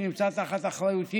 שנמצא תחת אחריותי,